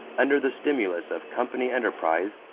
under the stimulus of company enterprise,